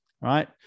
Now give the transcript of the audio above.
right